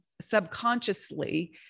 subconsciously